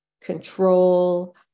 control